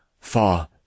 far